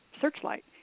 searchlight